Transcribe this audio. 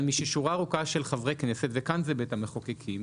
אבל מששורה ארוכה של חברי כנסת וכאן זה בית המחוקקים,